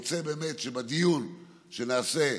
רוצה באמת שנעשה דיון,